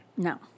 No